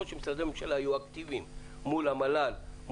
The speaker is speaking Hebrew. שמשרדי הממשלה יהיו אקטיביים מול המל"ל,